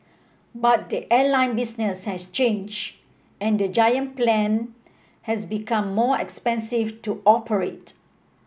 but the airline business has change and the giant plane has become more expensive to operate